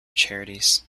charities